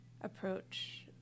approach